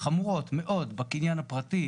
חמורות מאוד בקניין הפרטי,